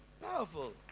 Powerful